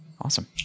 Awesome